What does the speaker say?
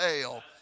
hell